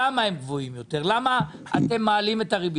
למה הם גבוהים יותר, למה אתם מעלים את הריבית.